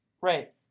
right